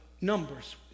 numbers